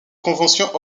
conventions